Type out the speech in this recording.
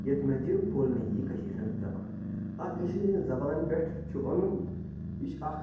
یَتھ منٛز یہِ بولنہٕ ییہِ کٔشیٖرِ ہٕنٛز زَبان اَکھ کٔشیٖرِ ہٕنٛزِ زَبان پٮ۪ٹھ چھُ وَنُن یہِ چھِ اَکھ